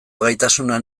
gaitasuna